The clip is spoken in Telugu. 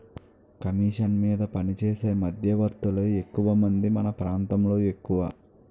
కమీషన్ మీద పనిచేసే మధ్యవర్తులే ఎక్కువమంది మన ప్రాంతంలో ఎక్కువ